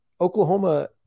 Oklahoma